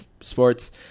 sports